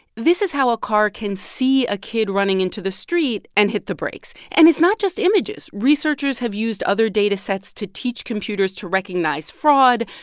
this is how a car can see a kid running into the street and hit the brakes and it's not just images. researchers have used other data sets to teach computers to recognize fraud,